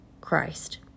Christ